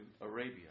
Arabia